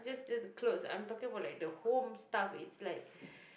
just just clothes I'm talking about like the home stuff it's like